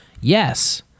Yes